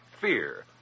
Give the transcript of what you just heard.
fear